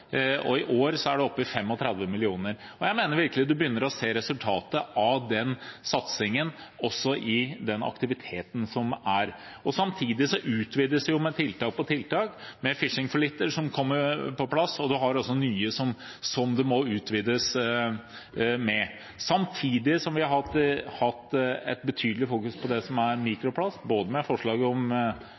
og i år er det oppe i 35 mill. kr. Og jeg mener at man virkelig begynner å se resultatet av den satsingen også i den aktiviteten som er. Samtidig utvides det med tiltak på tiltak, med «Fishing for Litter», som kom på plass, og man har også nye som det må utvides med. Vi har også i betydelig grad fokusert på mikroplast, bl.a. med forslag om et forbud, mens det